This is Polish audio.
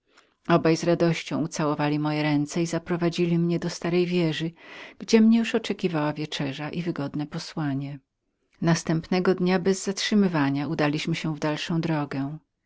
z radością ucałowali moje ręce i zaprowadzili mnie do starej wieży gdzie mnie już oczekiwała wieczerza i wygodne posłanie następnego dnia bez zatrzymywania udaliśmy się w dalszą drogę